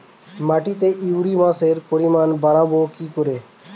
মাটিতে হিউমাসের পরিমাণ বারবো কি করে?